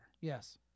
Yes